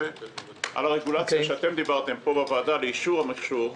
על הרגולציה שדיברתם פה בוועדת לאישור המכשור,